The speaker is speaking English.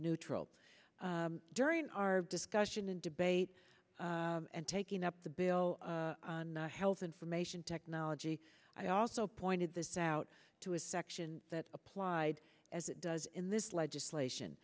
neutral during our discussion and debate and taking up the bill not health information technology i also pointed this out to a section that applied as it does in this legislation